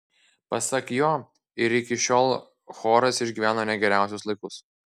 pasak jo ir iki šiol choras išgyveno ne geriausius laikus